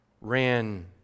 ran